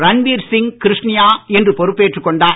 ரன்வீர் சிங் கிருஷ்ணியா இன்று பொறுப்பேற்றுக் கொண்டார்